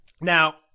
Now